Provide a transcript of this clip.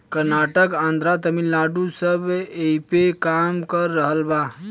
कर्नाटक, आन्द्रा, तमिलनाडू सब ऐइपे काम कर रहल बा